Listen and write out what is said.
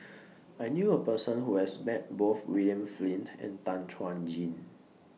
I knew A Person Who has Met Both William Flint and Tan Chuan Jin